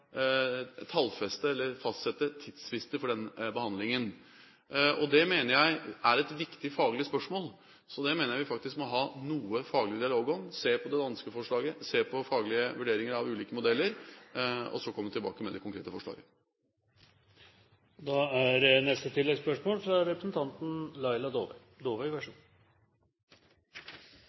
fastsette tidsfrister for behandlingen. Det mener jeg er et viktig faglig spørsmål, så det mener jeg vi faktisk må ha noe faglig dialog om – se på den danske modellen, se på faglige vurderinger av ulike modeller og så komme tilbake med det konkrete forslaget. Laila Dåvøy – til oppfølgingsspørsmål. Det er